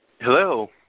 hello